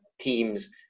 teams